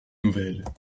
nouvelles